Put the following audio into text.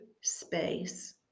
space